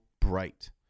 bright